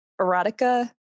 erotica